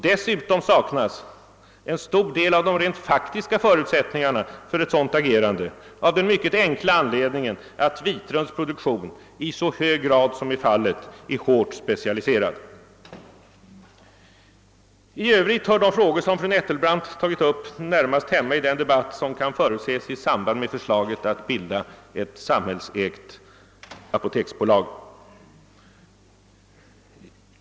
Dessutom saknas en stor del av förutsättningarna för ett sådant agerande av den mycket enkla anledningen att Vitrums produktion i så hög grad som är fallet är hårt specialiserad. I övrigt hör de frågor som fru Nettelbrandt tagit upp närmast hemma i den debatt som kan förutses i samband med förslaget att bilda ett samhällsägt apoteksbolag.